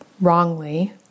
Wrongly